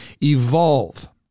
evolve